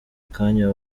kanya